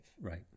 Right